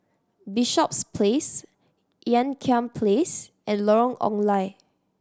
Bishops Place Ean Kiam Place and Lorong Ong Lye